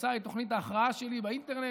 ימצא את תוכנית ההכרעה שלי באינטרנט.